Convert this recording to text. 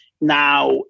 now